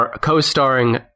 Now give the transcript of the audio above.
co-starring